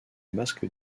masque